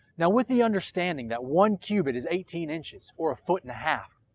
now with the understanding that one cubit is eighteen inches or a foot and a half,